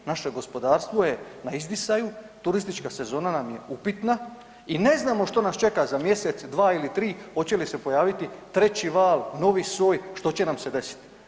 Naše gospodarstvo je na izdisaju, turistička sezona nam je upitna i ne znamo što nas čeka za mjesec, dva ili tri hoće li se pojaviti treći val, novi soj, što će nam se desiti.